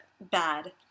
Bad